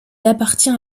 appartient